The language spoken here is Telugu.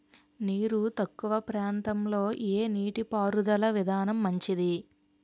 నీరు తక్కువ ప్రాంతంలో ఏ నీటిపారుదల విధానం మంచిది?